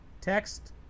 Text